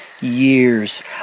Years